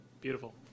Beautiful